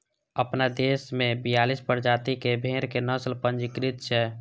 अपना देश मे बियालीस प्रजाति के भेड़क नस्ल पंजीकृत छै